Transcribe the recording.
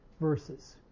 verses